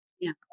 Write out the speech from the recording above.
Yes